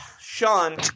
Sean